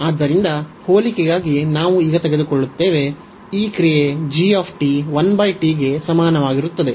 ಆದ್ದರಿಂದ ಹೋಲಿಕೆಗಾಗಿ ನಾವು ಈಗ ತೆಗೆದುಕೊಳ್ಳುತ್ತೇವೆ ಈ ಕ್ರಿಯೆ g 1 t ಗೆ ಸಮಾನವಾಗಿರುತ್ತದೆ